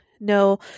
No